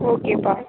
ஓகேப்பா